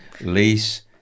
lease